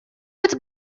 быть